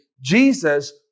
Jesus